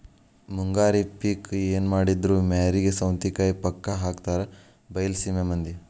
ಮುಂಗಾರಿ ಪಿಕ್ ಎನಮಾಡಿದ್ರು ಮ್ಯಾರಿಗೆ ಸೌತಿಕಾಯಿ ಪಕ್ಕಾ ಹಾಕತಾರ ಬೈಲಸೇಮಿ ಮಂದಿ